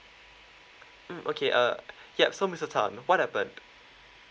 mm okay uh yup so mister tan what happened